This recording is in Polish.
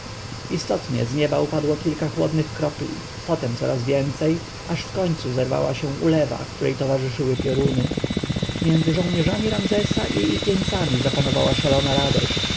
istotnie z nieba upadło kilka chłodnych kropel potem coraz więcej aż wkońcu zerwała się ulewa której towarzyszyły pioruny między żołnierzami ramzesa i ich jeńcami zapanowała szalona radość